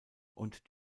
und